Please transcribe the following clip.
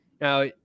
Now